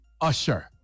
Usher